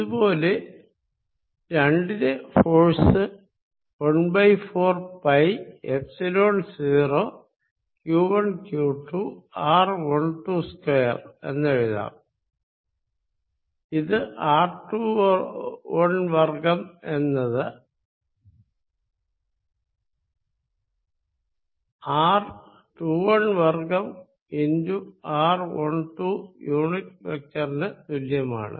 ഇത് പോലെ 2 ലെ ഫോഴ്സ് 14പൈ എപ്സിലോൺ൦ q1q2 r122 എന്നെഴുതാം ഇത് r21 വർഗ്ഗം എന്നത് r21 വർഗ്ഗം x r12 യൂണിറ്റ് വെക്ടറിന് തുല്യമാണ്